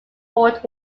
world